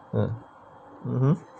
mm mmhmm